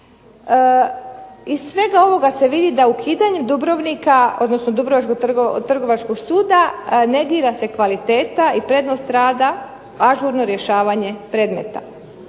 Iz svega ovoga se vidi da ukidanjem Dubrovnika, odnosno dubrovačkog Trgovačkog suda negira se kvaliteta i prednost rada, ažurno rješavanje predmeta,